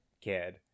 kid